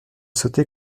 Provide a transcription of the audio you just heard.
sauté